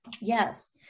Yes